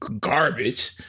garbage